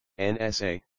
NSA